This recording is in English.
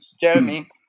jeremy